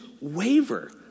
waver